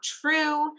true